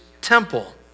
temple